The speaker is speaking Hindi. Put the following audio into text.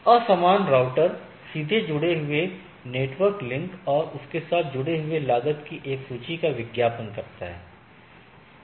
आसान राउटर सीधे जुड़े नेटवर्क लिंक और इसके साथ जुड़े लागत की एक सूची का विज्ञापन करता है